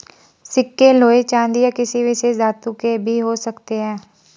सिक्के लोहे चांदी या किसी विशेष धातु के भी हो सकते हैं